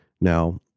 Now